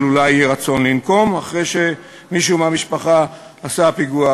אולי יהיה רצון לנקום אחרי שמישהו מהמשפחה עשה פיגוע,